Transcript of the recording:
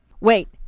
Wait